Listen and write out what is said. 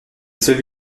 seule